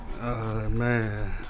man